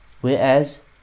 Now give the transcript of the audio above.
Whereas